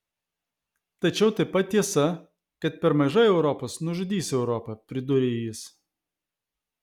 tačiau taip pat tiesa kad per mažai europos nužudys europą pridūrė jis